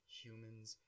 humans